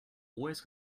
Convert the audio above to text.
always